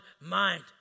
mind